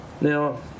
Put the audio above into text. Now